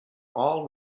all